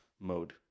mode